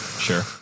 Sure